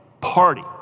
party